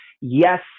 yes